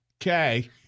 Okay